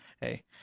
hey